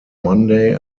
monday